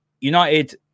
United